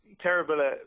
terrible